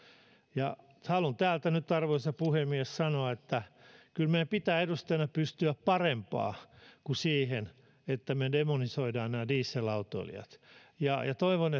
ja haluan täältä nyt arvoisa puhemies sanoa että kyllä meidän pitää edustajina pystyä parempaan kuin siihen että me demonisoimme nämä dieselautoilijat ja ja toivon